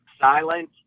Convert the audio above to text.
silent